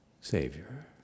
Savior